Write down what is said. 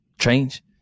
change